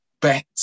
bet